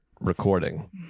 recording